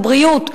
את הבריאות,